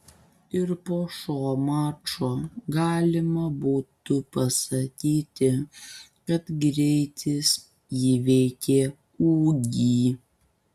ir po šio mačo galima būtų pasakyti kad greitis įveikė ūgį